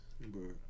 bro